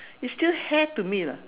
it's still hair to me lah